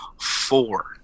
four